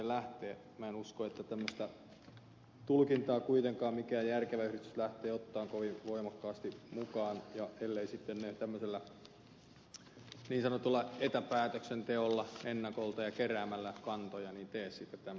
en usko että tällaista tulkintaa kuitenkaan mikään järkevä yhdistys lähtee ottamaan kovin voimakkaasti mukaan elleivät ne sitten tällaisella niin sanotulla etäpäätöksenteolla ennakolta keräämällä kantoja tee sitten tämmöisen säännön